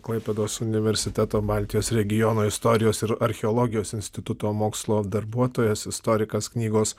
klaipėdos universiteto baltijos regiono istorijos ir archeologijos instituto mokslo darbuotojas istorikas knygos